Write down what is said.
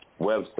website